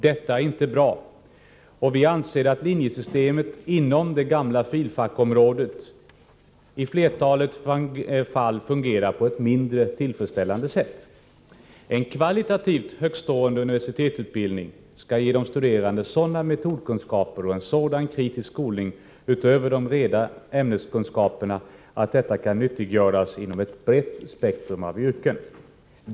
Detta är inte bra, och vi anser att linjesystemet inom den gamla filosofiska fakultetens-område i flertalet fall fungerar på ett mindre tillfredsställande sätt. En kvalitativt högtstående universitetsutbildning skall ge de studerande sådana metodkunskaper och en sådan kritisk skolning utöver de rena ämneskunskaperna att de kan nyttiggöra det inhämtade inom ett brett spektrum av yrken.